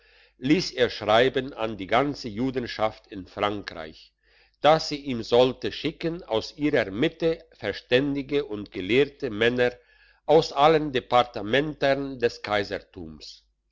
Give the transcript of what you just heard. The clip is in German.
liess er schreiben an die ganze judenschaft in frankreich dass sie ihm sollte schicken aus ihrer mitte verständige und gelehrte männer aus allen departementern des kaisertums